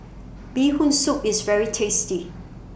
Bee Hoon Soup IS very tasty